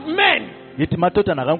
men